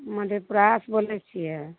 मधेपुरा से बोलै छियै